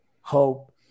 Hope